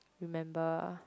remember